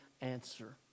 answer